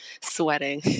sweating